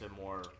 more